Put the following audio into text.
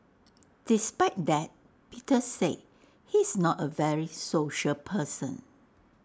despite that Peter say he's not A very social person